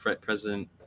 President